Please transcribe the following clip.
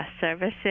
services